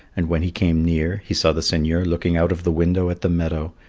and when he came near, he saw the seigneur looking out of the window at the meadow,